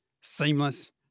seamless